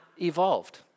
evolved